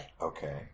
Okay